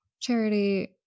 Charity